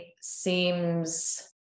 seems